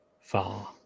far